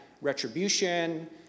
retribution